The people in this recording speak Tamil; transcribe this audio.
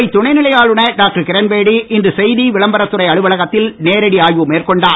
புதுவை துணைநிலை ஆளுநர் டாக்டர் கிரண்பேடி இன்று செய்தி விளம்பரத்துறை அலுவலகத்தில் நேரடி ஆய்வு மேற்கொண்டார்